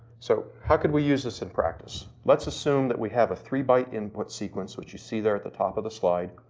so, how can we use this in practice? let's assume that we have a three byte input sequence, which you see there at the top of the slide.